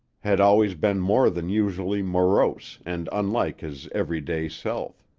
had always been more than usually morose and unlike his every-day self.